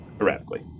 erratically